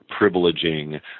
privileging